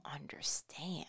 understand